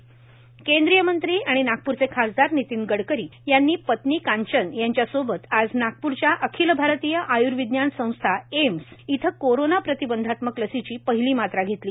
नितीन गडकरी लसीकरण केंद्रीय मंत्री आणि नागपूरचे खासदार नितीन गडकरी यांनी पत्नी कांचन यांच्यासोबत आज नागप्रच्या अखिल भारतीय आय्विज्ञान संस्था एम्स येथे कोरोना प्रतिबंधात्मक लसीची पहिली मात्रा घेतली